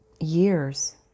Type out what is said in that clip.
years